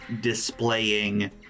displaying